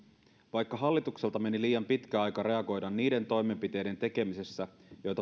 vaikka hallitukselta meni liian pitkä aika reagoida niiden toimenpiteiden tekemisessä joita